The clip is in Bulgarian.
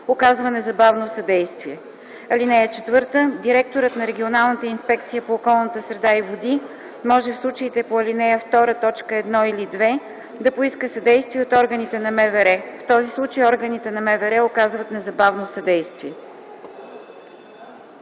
оказва незабавно съдействие. (4) Директорът на регионалната инспекция по околната среда и води може в случаите по ал. 2, точки 1 или 2 да поиска съдействие от органите на МВР. В този случай органите на МВР оказват незабавно съдействие”.”